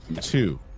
two